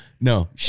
no